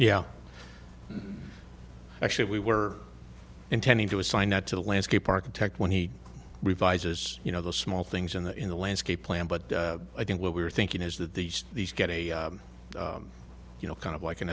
yeah actually we were intending to assign that to the landscape architect when he revises you know the small things in the in the landscape plan but i think what we're thinking is that these these get a you know kind of like